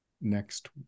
next